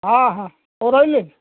ହଁ ହଁ ହଉ ରହିଲି